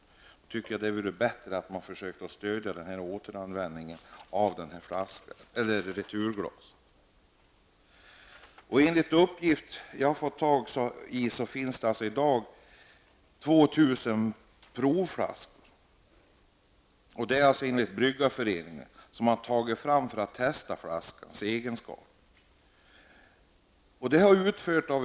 Jag tycker att det vore bättre att man försökte stödja återvinningen av returglas. Enligt uppgift som jag har fått från Svenska bryggareföreningen har det nu tagits fram 2 000 provflaskor för testning av den nya PET-flaskans egenskaper vid returanvändning.